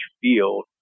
field